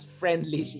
friendly